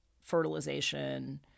fertilization